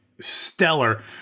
stellar